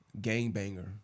gangbanger